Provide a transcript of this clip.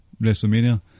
WrestleMania